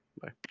Bye